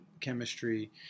chemistry